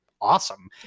Awesome